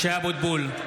משה אבוטבול,